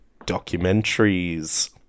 documentaries